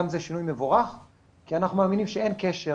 גם זה שינוי מבורך כי אנחנו מאמינים שאין קשר